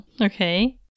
Okay